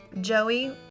Joey